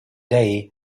day